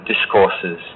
discourses